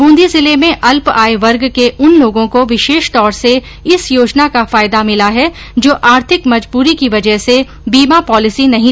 बूंदी जिले में अल्प आय वर्ग के उन लोगों को विशेष तौर से इस योजना का फायदा भिला है जो आर्थिक मजबूरी की वजह से बीमा पॉलिसी नहीं ले पा रहे थे